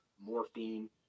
morphine